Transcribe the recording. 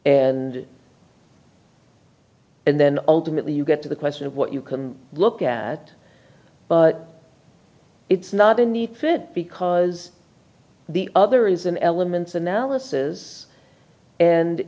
and and then ultimately you get to the question of what you can look at but it's not in the fit because the other is an element analysis and